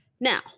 Now